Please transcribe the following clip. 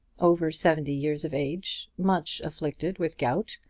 over seventy years of age, much afflicted with gout,